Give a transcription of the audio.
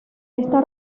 esta